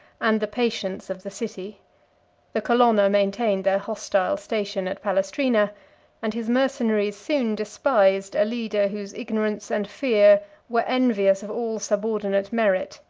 and the patience of the city the colonna maintained their hostile station at palestrina and his mercenaries soon despised a leader whose ignorance and fear were envious of all subordinate merit.